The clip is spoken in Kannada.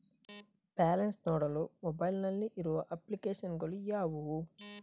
ಬ್ಯಾಲೆನ್ಸ್ ನೋಡಲು ಮೊಬೈಲ್ ನಲ್ಲಿ ಇರುವ ಅಪ್ಲಿಕೇಶನ್ ಗಳು ಯಾವುವು?